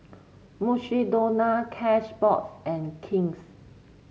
Mukshidonna Cashbox and King's